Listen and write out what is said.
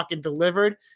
delivered